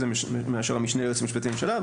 זה מאשר המשנה ליועץ המשפטי לממשלה,